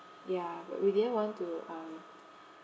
ya but we didn't want to um